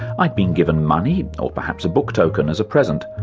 i'd been given money, or perhaps a book token, as a present.